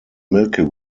milky